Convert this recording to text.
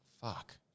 fuck